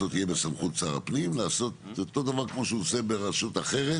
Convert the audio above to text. בסמכות שר הפנים יהיה לעשות את אותו דבר כמו שהוא עושה ברשות אחרת,